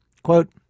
Quote